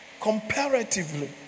comparatively